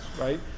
right